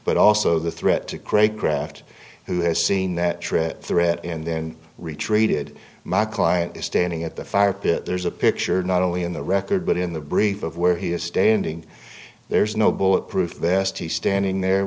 but also the threat to create craft who has seen that trip threat and then retreated my client is standing at the firepit there's a picture not only in the record but in the brief of where he is standing there's no bulletproof vest he's standing there